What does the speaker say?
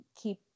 keep